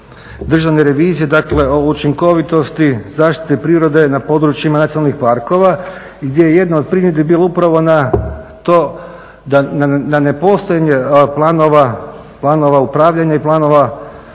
Državne revizije dakle o učinkovitosti zaštite prirode na područjima nacionalnih parkova gdje je jedna od primjedbi bila upravo na to da nepostojanje planova upravljanja i planova,